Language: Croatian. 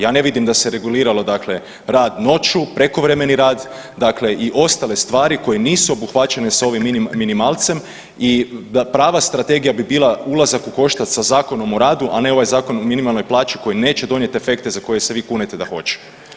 Ja ne vidim da se reguliralo dakle, rad noću, prekovremeni rad dakle i ostale stvari koje nisu obuhvaćene s ovim minimalcem i da prava strategija bi bila ulazak ukoštac sa Zakonom o radu, a ne ovaj Zakon o minimalnoj plaći koji neće donijeti efekte za koje se vi kunete da hoće.